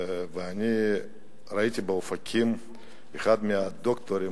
ראיתי באופקים אחד מהדוקטורים,